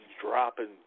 dropping